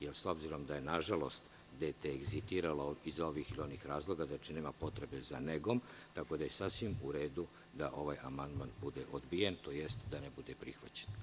Jer, s obzirom da je, nažalost, dete egzitiralo iz ovih ili onih razloga, nema potrebe za negom, tako da je sasvim u redu da ovaj amandman bude odbijen, tj. da ne bude prihvaćen.